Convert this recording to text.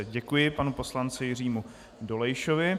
Děkuji panu poslanci Jiřímu Dolejšovi.